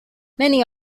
many